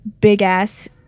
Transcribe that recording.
big-ass